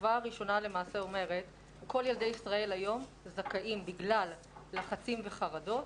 השכבה הראשונה אומרת שכל ילדי ישראל היום זכאים בגלל לחצים וחרדות,